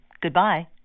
Goodbye